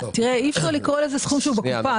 חשוב לי לומר שאי אפשר לקרוא לזה סכום שהוא בקופה.